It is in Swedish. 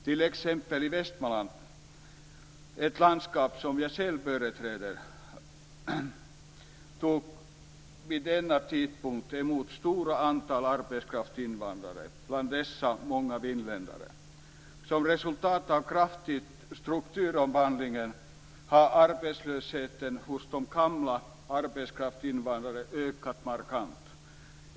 T.ex. Västmanland, ett landskap som jag själv företräder, tog vid denna tidpunkt emot ett stort antal arbetskraftsinvandrare, bland dessa många finländare. Som resultat av den kraftiga strukturomvandlingen har arbetslösheten hos de "gamla" arbetskraftsinvandrarna ökat markant.